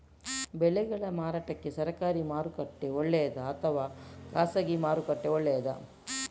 ಬೆಳೆಗಳ ಮಾರಾಟಕ್ಕೆ ಸರಕಾರಿ ಮಾರುಕಟ್ಟೆ ಒಳ್ಳೆಯದಾ ಅಥವಾ ಖಾಸಗಿ ಮಾರುಕಟ್ಟೆ ಒಳ್ಳೆಯದಾ